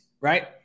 right